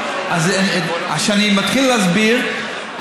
כשאני מתחיל להסביר,